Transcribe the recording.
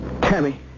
Tammy